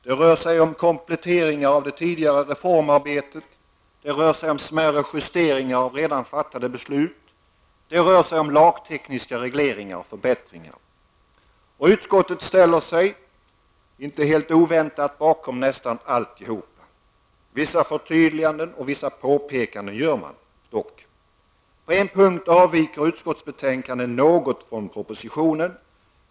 Det rör sig om kompletteringar av det tidigare reformarbetet, om smärre justeringar av redan fattade beslut samt om lagtekniska regleringar och förbättringar. Utskottet ställer sig inte helt oväntat bakom nästan allt. Vissa förtydliganden och påpekanden gör man dock. På en punkt avviker utskottsbetänkandet något från propositionen.